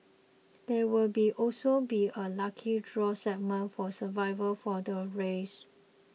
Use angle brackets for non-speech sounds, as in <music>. <noise> there will also be a lucky draw segment for survivors for the race